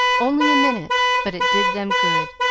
only a minute, but it did them good,